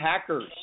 hackers